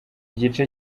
gice